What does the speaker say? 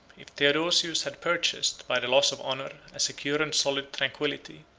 if theodosius had purchased, by the loss of honor, a secure and solid tranquillity,